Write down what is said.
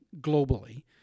globally